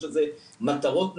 ואלה מטרות נעלות.